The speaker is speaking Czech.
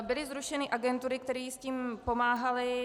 Byly zrušeny agentury, které s tím pomáhaly.